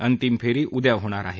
अंतिम फेरी उद्या होणार आहे